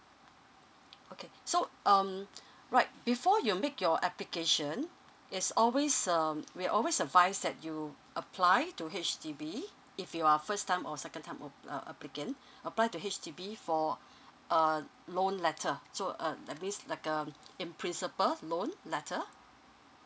okay so um right before you make your application it's always um we always advice that you apply to H_D_B if you are first time or second time um uh applicant apply to H_D_B for uh loan letter so uh that means like uh in principals loan letter